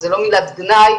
זו לא מילת גנאי,